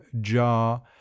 jar